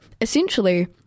essentially